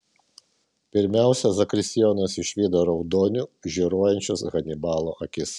pirmiausia zakristijonas išvydo raudoniu žioruojančias hanibalo akis